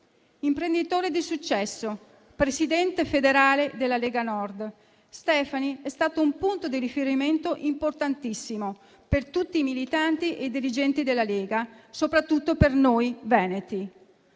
Imprenditore di successo, presidente federale della Lega Nord, Stefani è stato un punto di riferimento importantissimo per tutti i militanti e i dirigenti della Lega, soprattutto per noi veneti.